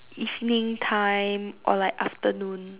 evening time or like afternoon